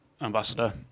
Ambassador